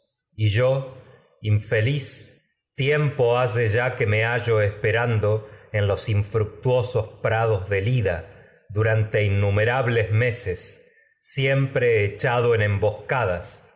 y yo infeliz tiempo hace ya que me hallo esperando en los infructuosos prados del ida durante innumera bles meses siempre echado en emboscadas